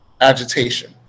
agitation